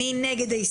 מי נגד?